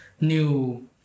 new